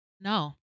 No